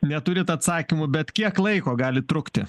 neturit atsakymų bet kiek laiko gali trukti